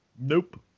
Nope